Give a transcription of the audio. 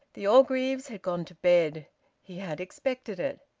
the orgreaves had gone to bed he had expected it.